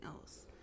else